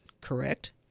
Correct